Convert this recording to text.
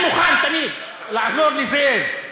אני תמיד מוכן לעזור לזאב.